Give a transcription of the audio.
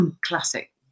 classic